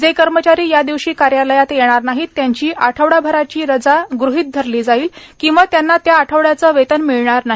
जे कर्मचारी या दिवशी कार्यालयात येणार नाहीत त्यांची आठवडाभराची रजा गृहित धरली जाईल किंवा त्यांना त्या आठवड्याचे वेतन मिळणार नाही